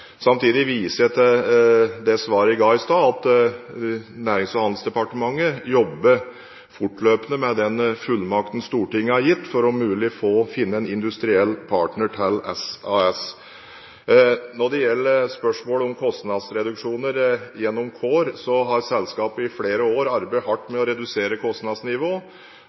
Samtidig viser jeg til det svaret jeg ga i stad, at Nærings- og handelsdepartementet jobber fortløpende med den fullmakten Stortinget har gitt, for om mulig å finne en industriell partner til SAS. Når det gjelder spørsmålet om kostnadsreduksjoner gjennom SAS Core, har selskapet i flere år arbeidet hardt med å redusere kostnadsnivået,